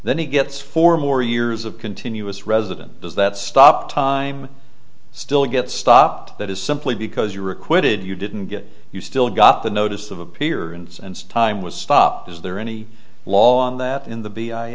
then he gets four more years of continuous residence does that stop time still get stopped that is simply because you were acquitted you didn't get you still got the notice of appearance and time was stopped is there any law on that in the